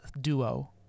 duo